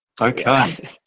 Okay